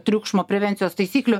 triukšmo prevencijos taisyklių